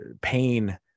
pain